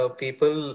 people